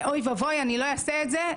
אני לא אעשה את זה.